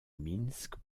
minsk